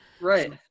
Right